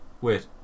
wait